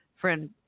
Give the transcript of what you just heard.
friend